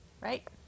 right